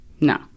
no